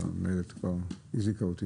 לעניין עבירה המנויה בפרט 13 לתוספת